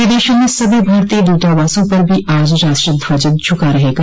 विदेशों में सभी भारतीय दूतावासों पर भी आज राष्ट्र ध्वज झुका रहेगा